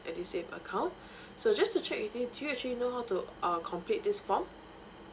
edusave account so just to check with you do you actually know how to uh complete this form